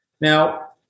Now